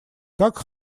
как